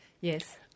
Yes